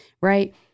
right